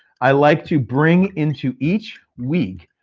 i like to bring into each week,